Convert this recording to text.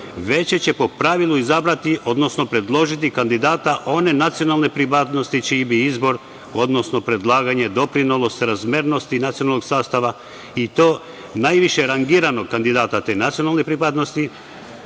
veće će po pravilu izabrati, odnosno predložiti kandidata one nacionalne pripadnosti čiji bi izbor, odnosno predlaganje doprinelo srazmernosti nacionalnog sastava, i to najviše rangiranog kandidata te nacionalne pripadnosti,